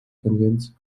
конвенции